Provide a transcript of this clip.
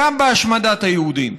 גם בהשמדת היהודים.